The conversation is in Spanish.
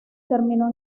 terminó